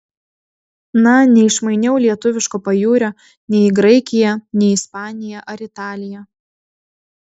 na neišmainiau lietuviško pajūrio nei į graikiją nei į ispaniją ar italiją